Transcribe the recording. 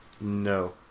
No